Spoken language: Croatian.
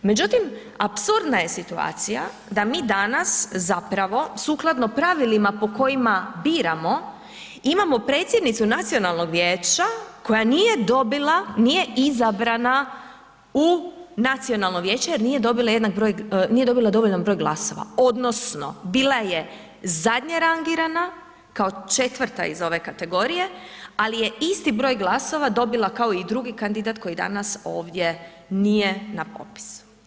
Međutim apsurdna je situacija da mi danas zapravo sukladno pravilima po kojima biramo, imamo predsjednicu nacionalnog vijeća koja nije dobila, nije izabrana u nacionalno vijeće jer nije dobila dovoljan broj glasova odnosno bila je zadnje rangirana, kao 4. iz ove kategorije ali je isti broj glasova dobila kao i drugi kandidat koji danas ovdje nije na popisu.